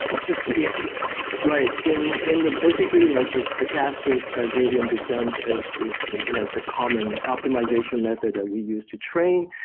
which is pretty interesting right, in in basically like the stochastic ah gradient descent is is like the common optimization method that we use to train.